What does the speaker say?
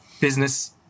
business